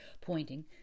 pointing